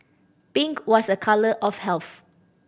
pink was a colour of health